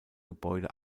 gebäude